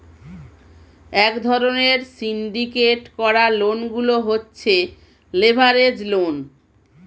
এক ধরণের সিন্ডিকেট করা লোন গুলো হচ্ছে লেভারেজ লোন